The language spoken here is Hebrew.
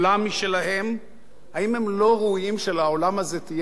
האם הם לא ראויים שלעולם הזה תהיה גם השתקפות בתקשורת?